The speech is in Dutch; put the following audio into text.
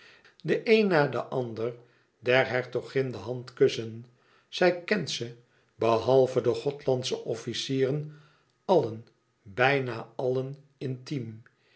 de een na den ander der hertogin de hand kussen zij kent ze behalve de gothlandsche officieren allen bijna allen intiem